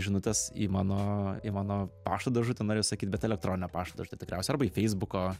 žinutės į mano į mano pašto dėžutę norėjau sakyt bet elektroninio pašto dėžutę tikriausiai arba į feisbuko